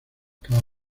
cada